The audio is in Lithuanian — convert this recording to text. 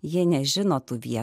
jie nežino tų vietų